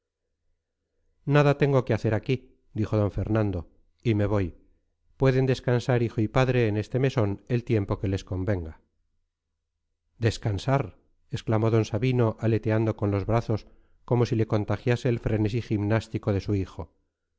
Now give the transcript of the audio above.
nada tengo que hacer aquí dijo d fernando y me voy pueden descansar hijo y padre en este mesón el tiempo que les convenga descansar exclamó d sabino aleteando con los brazos como si le contagiase el frenesí gimnástico de su hijo